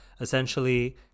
essentially